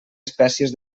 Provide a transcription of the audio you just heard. espècies